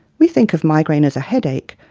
we think of migraine as a headache,